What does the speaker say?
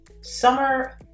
summer